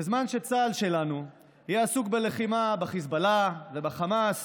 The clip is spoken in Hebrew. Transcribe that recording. בזמן שצה"ל שלנו יהיה עסוק בלחימה בחיזבאללה ובחמאס